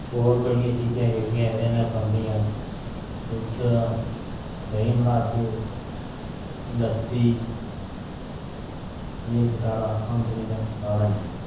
होर बड़ियां चीजां जेह्कियां एह्दे नै बनदियां दुध्दे दा देहीं बनागे लस्सी एह् साढ़ा इक औंदनी दा साधन ऐ